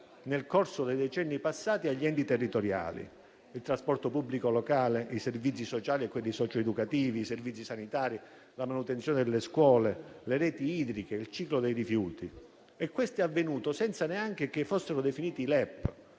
nel corso dei decenni passati, agli enti territoriali: il trasporto pubblico locale, i servizi sociali, socioeducativi e sanitari, la manutenzione delle scuole, le reti idriche e il ciclo dei rifiuti. Questo è avvenuto senza che fossero definiti i LEP